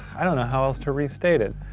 i don't know how else to restate it.